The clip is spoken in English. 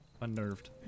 unnerved